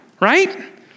Right